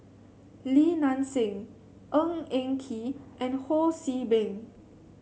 Li Nanxing Ng Eng Kee and Ho See Beng